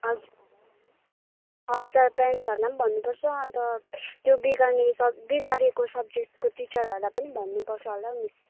हजुर हजुर प्यारेन्सहरूलाई पनि भन्नु पर्छ अन्त त्यो बिगार्ने बिगारेको सब्जेक्टको टिचरहरूलाई पनि भन्नुपर्छ होला हौ मिस